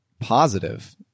positive